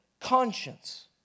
conscience